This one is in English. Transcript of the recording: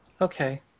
Okay